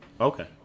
okay